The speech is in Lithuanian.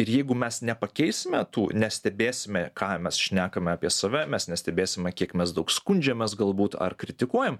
ir jeigu mes nepakeisime tų nestebėsime ką mes šnekame apie save mes nestebėsime kiek mes daug skundžiamės galbūt ar kritikuojam